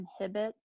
inhibit